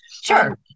sure